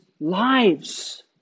lives